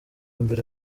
mbere